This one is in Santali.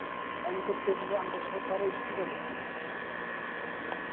ᱥᱟᱨᱴᱚᱯᱷᱤᱠᱮᱴ ᱮᱢ ᱠᱚᱨᱛᱮ ᱜᱮᱞᱮ ᱟᱢᱫᱤᱚ ᱥᱚᱨᱠᱟᱨᱤ ᱤᱥᱠᱩᱞ ᱨᱮ ᱵᱷᱚᱨᱛᱤ ᱦᱩᱭᱩᱜ ᱛᱟᱢᱟ ᱛᱚ